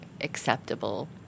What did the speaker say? acceptable